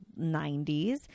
90s